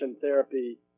therapy